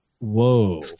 Whoa